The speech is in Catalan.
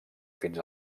fins